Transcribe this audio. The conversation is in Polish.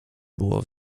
było